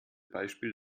beispiel